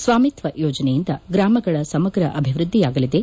ಸ್ವಾಮಿತ್ವ ಯೋಜನೆಯಿಂದ ಗ್ರಾಮಗಳ ಸಮಗ್ರ ಅಭಿವ್ಯದ್ಲಿಯಾಗಲಿದೆ